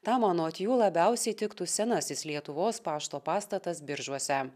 tam anot jų labiausiai tiktų senasis lietuvos pašto pastatas biržuose